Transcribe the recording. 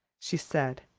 she said,